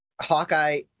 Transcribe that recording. Hawkeye